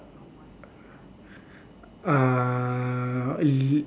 uh